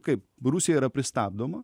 kaip rusija yra pristabdoma